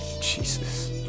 Jesus